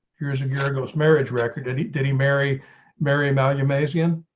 here's a year ago, his marriage record and he did, he marry marry amalgamation